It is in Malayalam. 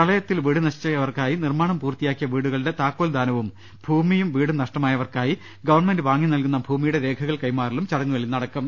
പ്രളയത്തിൽ വീട് നശിച്ച വർക്കായി നിർമ്മാണം പൂർത്തിയാക്കിയ വീടുകളുടെ താക്കോൽദാനവും ഭൂമിയും വീടും നഷ്ടമായവർക്കായി ഗവൺമെന്റ് വാങ്ങി നൽകുന്ന ഭൂമി യുടെ രേഖകൾ കൈമാറലും ചടങ്ങുകളിൽ നടക്കും